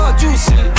juicy